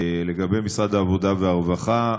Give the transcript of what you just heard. לגבי משרד העבודה והרווחה,